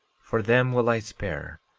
for them will i spare.